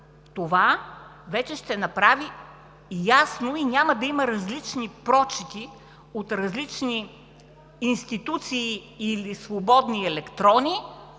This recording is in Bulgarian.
това вече ще направи ясно и няма да има различни прочити от различни институции или свободни електрони